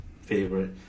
favorite